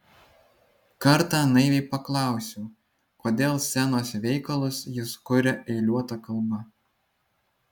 kartą naiviai paklausiau kodėl scenos veikalus jis kuria eiliuota kalba